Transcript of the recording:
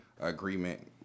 agreement